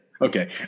Okay